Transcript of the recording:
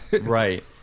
right